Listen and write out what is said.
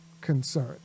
concern